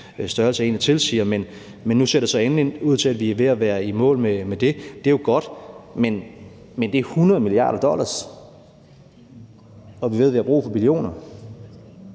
størrelse egentlig tilsiger, men nu ser det så endelig ud til, at vi er ved at være i mål med det, og det er godt. Men det er 100 mia. dollars, og vi ved, at vi har brug for billioner.